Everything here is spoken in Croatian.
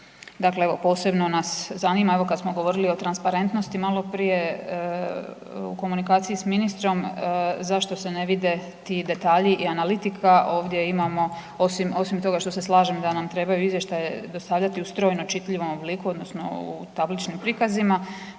Dakle posebno nas zanima, evo kad smo govorili o transparentnosti maloprije, u komunikaciji s ministrom, zašto se ne vidi ti detalji i analitika, ovdje imamo osim toga što se slažem da nam trebaju izvještaje dostavljati u strojno čitljivom obliku odnosno u tabličnim prikazima,